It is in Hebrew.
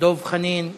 דב חנין כאן.